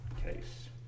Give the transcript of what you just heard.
case